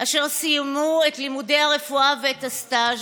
אשר סיימו את לימודי הרפואה ואת הסטאז'